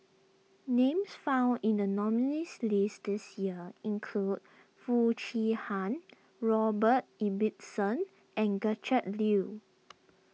names found in the nominees' list this year include Foo Chee Han Robert Ibbetson and Gretchen Liu